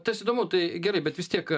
tas įdomu tai gerai bet vis tiek